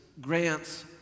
grants